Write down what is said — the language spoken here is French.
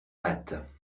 maths